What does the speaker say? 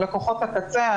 כמו לקוחות הקצה.